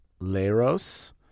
Leros